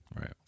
Right